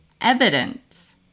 evidence